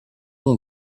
ont